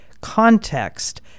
context